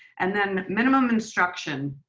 and then minimum instruction.